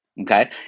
Okay